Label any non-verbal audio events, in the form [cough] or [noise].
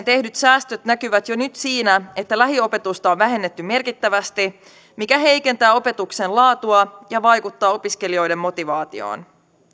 [unintelligible] tehdyt säästöt näkyvät jo nyt siinä että lähiopetusta on vähennetty merkittävästi mikä heikentää opetuksen laatua ja vaikuttaa opiskelijoiden motivaatioon